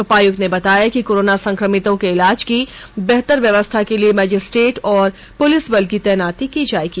उपायुक्त ने बताया कि कोरोना संक्रमितों के इलाज की बेहतर व्यवस्था के लिए मजिस्ट्रेट और पुलिस बल की तैनाती की जाएगी